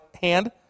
hand